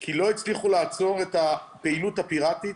כי לא הצליחו לעצור את הפעילות הפיראטית.